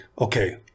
Okay